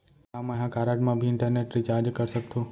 का मैं ह कारड मा भी इंटरनेट रिचार्ज कर सकथो